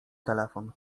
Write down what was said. telefon